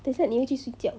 等一下你会去睡觉